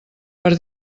per